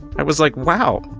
i was like, wow,